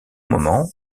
moment